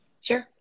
Sure